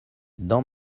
dans